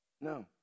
No